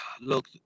Look